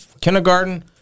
kindergarten